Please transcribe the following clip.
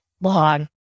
long